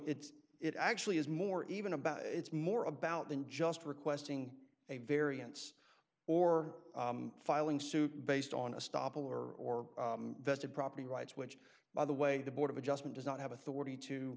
it's it actually is more even about it's more about than just requesting a variance or filing suit based on a stop or vested property rights which by the way the board of adjustment does not have authority to